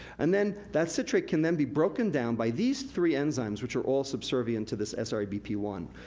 and then that citrate can then be broken down by these three enzymes, which are all subservient into this s r a b p one.